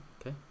Okay